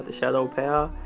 shadow' powell.